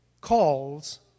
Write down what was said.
calls